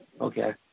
Okay